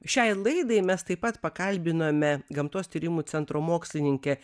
šiai laidai mes taip pat pakalbinome gamtos tyrimų centro mokslininkę